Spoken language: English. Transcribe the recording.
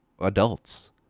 adults